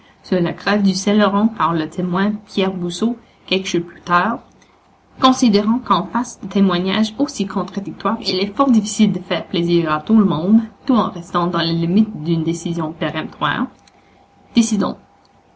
sur la grève du saint-laurent par le témoin pierre busseau quelques jours plus tard considérant qu'en face de témoignages aussi contradictoires il est fort difficile de faire plaisir à tout le monde tout en restant dans les limites d'une décision péremptoire décidons